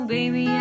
Baby